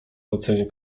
ocenia